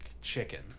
chicken